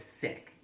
sick